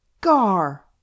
Gar